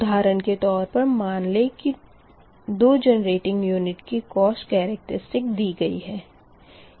उधारण के तौर पर मान लें कि 2 जेनेरेटिंग यूनिट की कोस्ट केरेक्ट्रिसटिक दी गई है